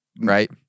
Right